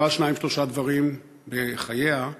עברה שניים-שלושה דברים בחייה,